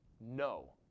No